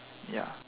ya